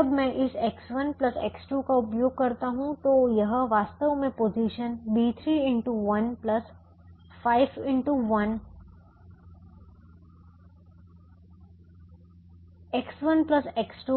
जब मैं इस X1 X2 का उपयोग करता हूं तो यह वास्तव में पोजीशन B3 x 1 X1X2